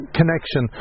connection